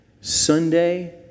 Sunday